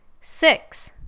Six